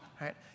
right